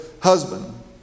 husband